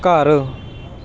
ਘਰ